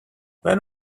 when